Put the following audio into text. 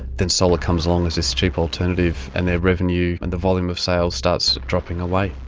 then solar comes along, there's this cheap alternative, and their revenue and the volume of sales starts dropping away.